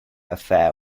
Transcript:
affair